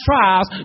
trials